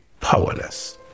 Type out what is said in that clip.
powerless